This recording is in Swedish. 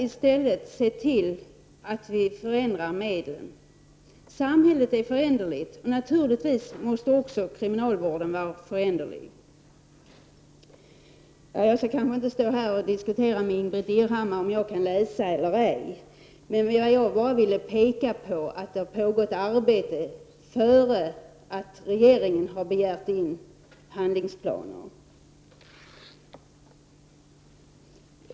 I stället skall vi förändra medlen. Vi lever i ett föränderligt samhälle, och därför måste även kriminalvården förändras. Jag skall inte föra en diskussion med Ingbritt Irhammar huruvida jag kan läsa eller ej. Jag påpekade att det pågick ett arbete på detta område innan regeringen begärde in handlingsplaner.